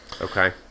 Okay